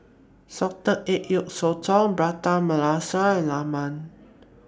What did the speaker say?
Salted Egg Yolk Sotong Prata Masala and Lemang